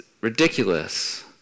ridiculous